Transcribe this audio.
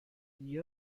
gli